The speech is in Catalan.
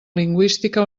lingüística